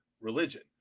religion